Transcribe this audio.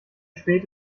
spät